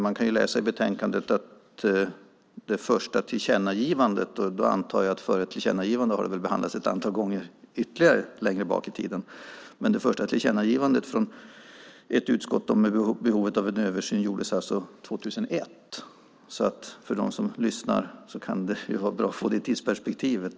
Man kan läsa i betänkandet om det första tillkännagivandet, och då antar jag att frågan dessförinnan har behandlats ytterligare ett antal gånger längre bak i tiden. Det första tillkännagivandet från ett utskott om behovet av en översyn gjordes alltså 2001. För dem som lyssnar kan det vara bra att få det tidsperspektivet.